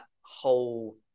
whole